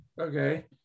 okay